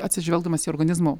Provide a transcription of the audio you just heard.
atsižvelgdamas į organizmo